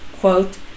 quote